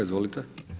Izvolite.